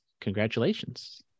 congratulations